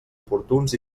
oportuns